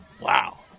Wow